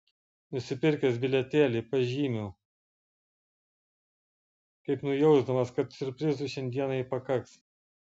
nusipirkęs bilietėlį pažymiu kaip nujausdamas kad siurprizų šiandienai pakaks